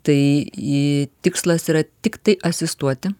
tai ii tikslas yra tiktai asistuoti